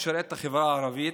לשרת את החברה הערבית.